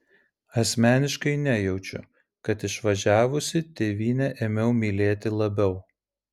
asmeniškai nejaučiu kad išvažiavusi tėvynę ėmiau mylėti labiau